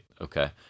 Okay